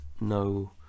no